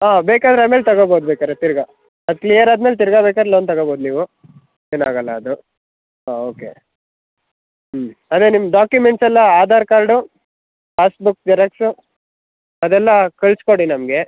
ಆಂ ಬೇಕಾದ್ರೆ ಆಮೇಲೆ ತಗಬೋದು ಬೇಕಾದ್ರೆ ತಿರ್ಗಿ ಅದು ಕ್ಲಿಯರ್ ಆದ ಮೇಲೆ ತಿರ್ಗಿ ಬೇಕಾರೆ ಲೋನ್ ತಗಬೋದು ನೀವು ಏನಾಗೋಲ್ಲ ಅದು ಹಾಂ ಓಕೆ ಹ್ಞೂ ಅದೇ ನಿಮ್ಮ ಡಾಕ್ಯೂಮೆಂಟ್ಸ್ ಎಲ್ಲ ಆಧಾರ್ ಕಾರ್ಡು ಪಾಸ್ಬುಕ್ ಜೆರಾಕ್ಸು ಅದೆಲ್ಲ ಕಳ್ಸಿ ಕೊಡಿ ನಮಗೆ